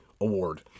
award